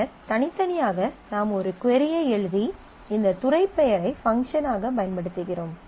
பின்னர் தனித்தனியாக நாம் ஒரு கொரி ஐ எழுதி இந்த துறை பெயரை பங்க்ஷன் ஆக பயன்படுத்துகிறோம்